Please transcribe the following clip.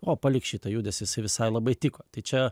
o palik šitą judesį visai labai tiko tai čia